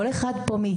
כל אחד מאיתנו,